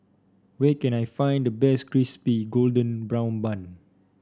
where can I find the best Crispy Golden Brown Bun